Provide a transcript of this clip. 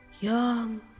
young